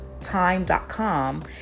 Time.com